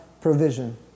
provision